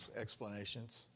explanations